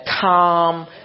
calm